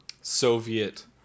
Soviet